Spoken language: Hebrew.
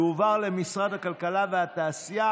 תועבר למשרד הכלכלה והתעשייה,